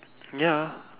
ya